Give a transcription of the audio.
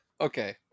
Okay